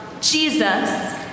Jesus